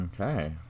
okay